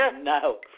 No